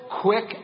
quick